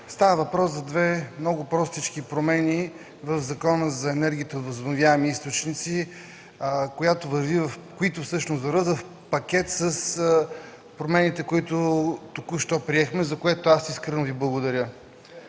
Става въпрос за две много прости промени в Закона за енергията от възобновяеми източници, които вървят в пакет с промените, които току-що приехме, за което аз искрено Ви благодаря.